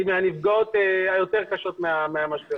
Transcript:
היא מהנפגעות היותר קשות מהמשבר הזה.